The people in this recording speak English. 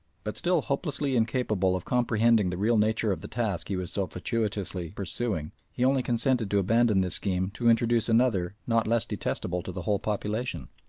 but still hopelessly incapable of comprehending the real nature of the task he was so fatuitously pursuing, he only consented to abandon this scheme to introduce another not less detestable to the whole population.